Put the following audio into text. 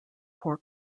poor